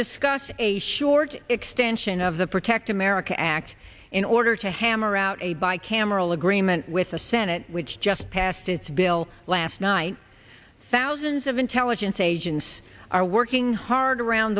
discussed a short extension of the protect america act in order to hammer out a bi cameral agreement with the senate which just passed its bill last night thousands of intelligence agents are working hard around